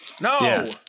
No